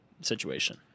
situation